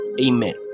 amen